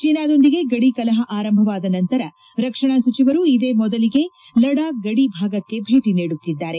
ಚೀನಾದೊಂದಿಗೆ ಗಡಿ ಕಲಹ ಆರಂಭವಾದ ನಂತರ ರಕ್ಷಣಾ ಸಚಿವರು ಇದೇ ಮೊದಲಿಗೆ ಲಡಾಖ್ ಗದಿ ಭಾಗಕ್ಕೆ ಭೇಟಿ ನೀಡುತ್ತಿದ್ದಾರೆ